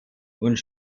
und